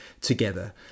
together